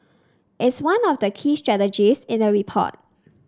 it is one of the key strategies in the report